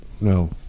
no